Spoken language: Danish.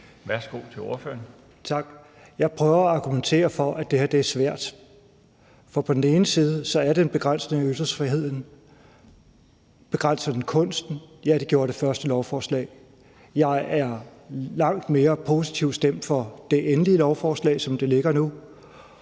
Jon Stephensen (UFG): Tak. Jeg prøver at argumentere for, at det her er svært. For på den ene side er det en begrænsning af ytringsfriheden. Begrænser det kunsten? Ja, det gjorde det første lovforslag, og jeg er langt mere positivt stemt over for det endelige lovforslag, som det ligger nu.